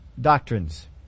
doctrines